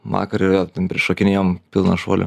vakar ten prišokinėjom pilną šuolių